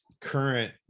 current